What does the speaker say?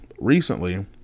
recently